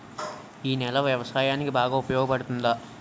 ఈ నేల వ్యవసాయానికి బాగా ఉపయోగపడుతుందా?